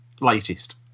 latest